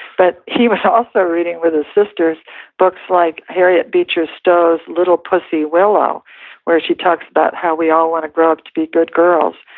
but he was also reading with his sisters books like harriet beecher stowe's little pussy willow where she talks about how we all want to grow up to be good girls,